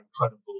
incredible